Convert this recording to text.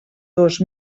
dos